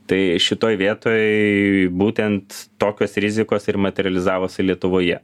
tai šitoj vietoj būtent tokios rizikos ir materializavosi lietuvoje